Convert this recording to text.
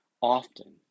often